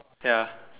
ya